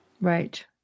right